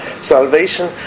salvation